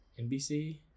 NBC